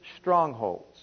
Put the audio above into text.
strongholds